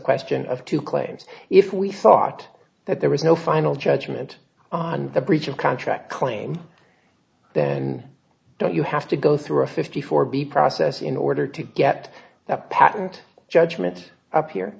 question of two claims if we thought that there was no final judgment on the breach of contract claim then don't you have to go through a fifty four b process in order to get that patent judgment up here